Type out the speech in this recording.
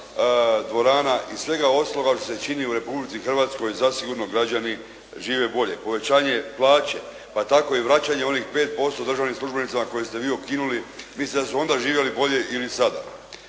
dvorana i svega ostaloga što se čini u Republici Hrvatskoj zasigurno građani žive bolje. Povećanje plaće pa tako i vraćanje onih 5% državnim službenicima koje ste vi ukinuli mislite da su onda živjeli bolje ili sada?